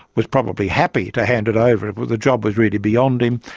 was probably happy to hand it over the job was really beyond him,